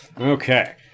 okay